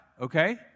okay